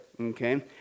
okay